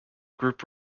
group